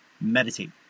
Meditate